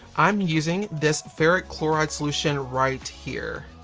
i'm using this ferric chloride solution right here.